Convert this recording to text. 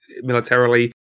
militarily